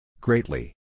Greatly